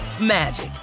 magic